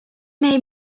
may